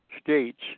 states